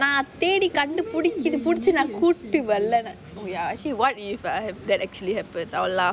நான் தேடி கண்டுபிடிச்சி பிடிச்சி நான் குட்டு வரலைனா:naan thedi kandupidichi pidichi naan kutu varalainaa oh ya actually what if I have that actually happens I will laugh